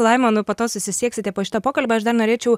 laimonu po to susisieksite po šito pokalbio aš dar norėčiau